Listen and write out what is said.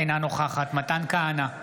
אינה נוכחת מתן כהנא,